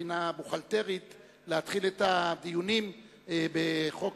מבחינה בוכהלטרית להתחיל את הדיונים בחוק